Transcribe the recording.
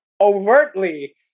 overtly